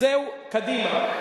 זוהי קדימה.